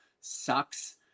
sucks